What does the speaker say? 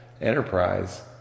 enterprise